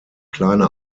kleine